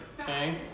Okay